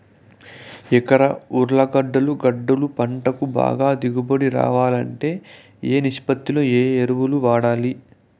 ఎకరా ఉర్లగడ్డలు గడ్డలు పంటకు బాగా దిగుబడి రావాలంటే ఏ ఏ నిష్పత్తిలో ఏ ఎరువులు వాడాలి?